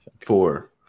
Four